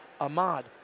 Ahmad